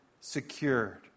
secured